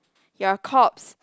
you are corpse